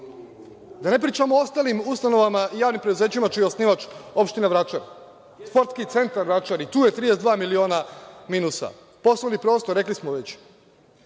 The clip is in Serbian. Da ne pričam o ostalim ustanovama i javnim preduzećima čiji je osnivač opština Vračar. Sportski centar Vračar, i tu je 32 miliona minusa, poslovni prostor – rekli smo već,